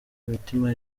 imitima